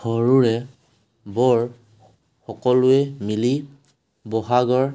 সৰুৰে বৰ সকলোৱে মিলি ব'হাগৰ